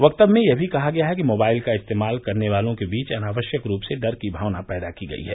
वक्तव्य में यह भी कहा गया है कि मोबाइल का इस्तेमाल करने वालों के बीच अनावश्यक रूप से डर की भावना पैदा की गई है